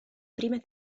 prime